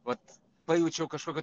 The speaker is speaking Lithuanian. vat pajaučiau kažkokį